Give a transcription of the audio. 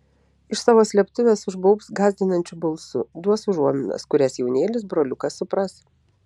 iš savo slėptuvės užbaubs gąsdinančiu balsu duos užuominas kurias jaunėlis broliukas supras